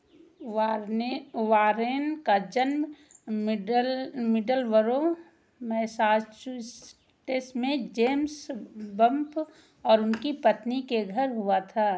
वारने Warren का जन्म मिडल मिडलबरो मैसाचुस्टेस में जेम्स बम्प और उनकी पत्नी के घर हुआ था